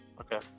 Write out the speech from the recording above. Okay